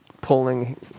pulling